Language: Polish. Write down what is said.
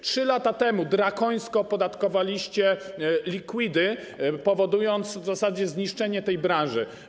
3 lata temu drakońsko opodatkowaliście liquidy, powodując w zasadzie zniszczenie tej branży.